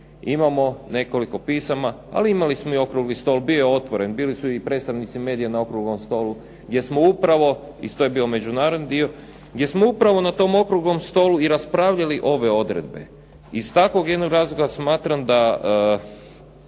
Imamo nekoliko pisama, ali imali smo Okrugli stol, bio je otvoren, bili su predstavnici medija na Okruglom stolu, to je bio međunarodni dio, gdje smo upravo na tom Okruglom stolu raspravljali ove odredbe iz takvog jednog razloga smatram da